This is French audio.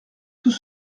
tout